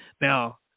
Now